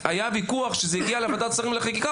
היה ויכוח כשזה הגיע לוועדת שרים לחקיקה,